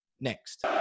next